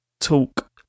talk